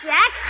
Jack